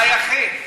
אתה היחיד.